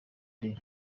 day